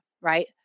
Right